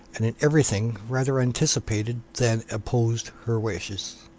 and in every thing rather anticipated than opposed her wishes.